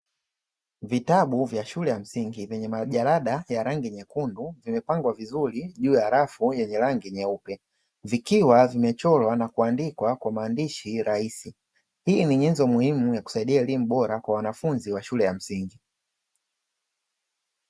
Vitabu vya shule ya msingi vyenye majalada ya rangi nyekundu, vimepangwa vizuri juu ya rafu zenye rangi nyeupe. Vikiwa vimechorwa na kuandikwa kwa maandishi rahisi. Hii ni nyenzo muhimu ya kusaidia elimu bora kwa wanafunzi wa shule ya msingi.